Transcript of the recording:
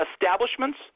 establishments